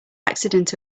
accident